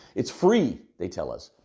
it's free, they tell us,